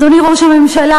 אדוני ראש הממשלה,